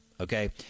okay